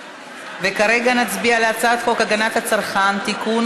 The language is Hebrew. וכרגע נצביע על הצעת חוק הגנת הצרכן (תיקון,